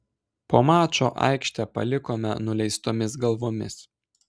po mačo aikštę palikome nuleistomis galvomis